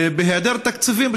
בהיעדר תקציבים,